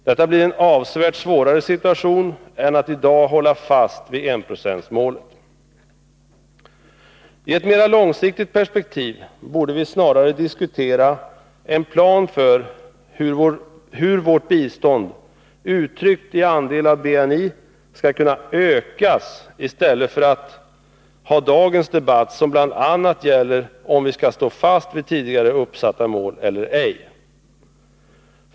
Det blir en avsevärt svårare situation än det i dag är att hålla fast vid enprocentsmålet. I ett mera långsiktigt perspektiv borde vi snarare diskutera en plan för hur vårt bistånd uttryckt i andel av BNI skall kunna ökas i stället för att föra dagens debatt, som bl.a. gäller om vi skall stå fast vid tidigare uppsatta mål eller ej.